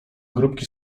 grupki